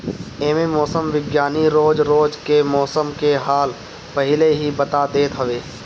एमे मौसम विज्ञानी रोज रोज के मौसम के हाल पहिले ही बता देत हवे